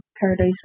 Paradise